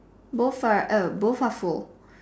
both are oh both are full